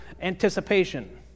anticipation